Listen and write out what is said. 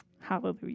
Hallelujah